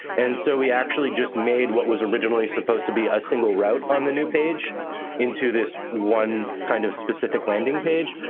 and so we actually just made was originally supposed to be a single route on the new page into this one kind of specific landing page.